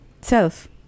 self